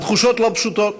התחושות לא פשוטות,